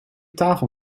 tafel